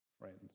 friends